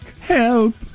Help